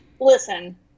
Listen